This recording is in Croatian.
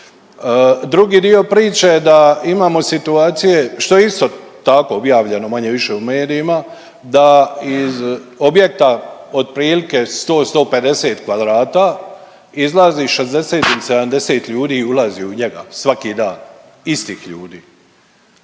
Drugi dio priče da imamo situacije što je isto tako objavljeno manje-više u medijima da iz objekta otprilike 100, 150 kvadrata izlazi 60 ili 70 ljudi i ulazi u njega svaki dan istih ljudi.